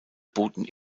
boten